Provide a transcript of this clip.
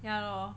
ya lor